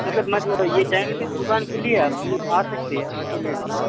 مطلب مت یہ ٹائم پہ دُکان کُھلی ہے آپ کی آ سکتے ہیں آکے لے لوں میں